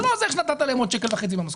זה לא עוזר שנתת להן עוד שקל וחצי במשכורת.